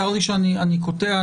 צר לי שאני קוטע,